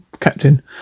Captain